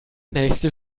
nächste